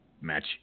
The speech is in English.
match